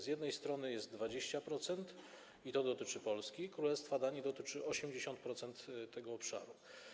Z jednej strony jest 20%, które dotyczą Polski, a Królestwa Danii dotyczy 80% tego obszaru.